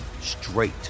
straight